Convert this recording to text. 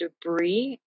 debris